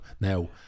Now